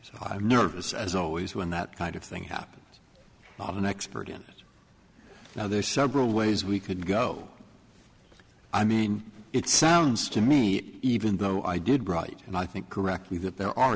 i'm nervous as always when that kind of thing happens not an expert in now there's several ways we could go i mean it sounds to me even though i did write and i think correctly that there are